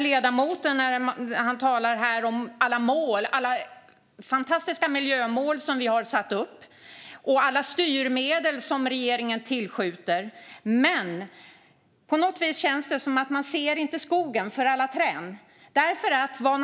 Ledamoten talar om alla fantastiska miljömål vi har satt upp och alla styrmedel som regeringen tillskjuter, men det känns på något sätt som att man inte ser skogen för alla träd.